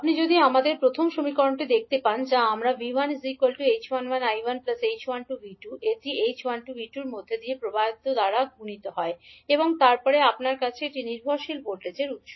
আপনি যদি আমাদের প্রথম সমীকরণটি দেখতে পান যা আমাদের 𝐕𝟏 𝐡𝟏𝟏𝐈𝟏 𝐡𝟏𝟐𝐕𝟐 এটি h12v2 এর মধ্য দিয়ে প্রবাহিত দ্বারা গুণিত হয় এবং তারপরে আপনার কাছে এটি নির্ভরশীল ভোল্টেজ উত্স